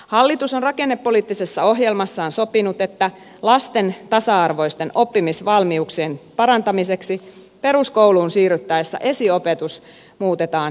hallitus on rakennepoliittisessa ohjelmassaan sopinut että lasten tasa arvoisten oppimisvalmiuksien parantamiseksi peruskouluun siirryttäessä esiopetus muutetaan velvoittavaksi